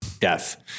death